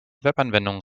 webanwendung